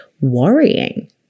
worrying